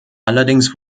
allerdings